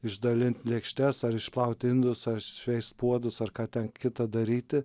išdalint lėkštes ar išplaut indus šveist puodus ar ką ten kita daryti